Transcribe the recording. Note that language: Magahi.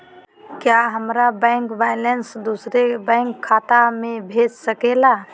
क्या हमारा बैंक बैलेंस दूसरे बैंक खाता में भेज सके ला?